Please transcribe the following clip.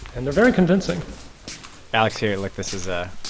and they're very convincing alex, here, like, this is a.